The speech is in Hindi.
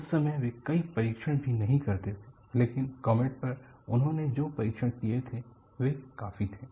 उस समय वे कई परीक्षण भी नहीं करते थे लेकिन कॉमेट पर उन्होंने जो परीक्षण किए थे वो काफी थे